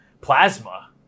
plasma